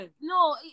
No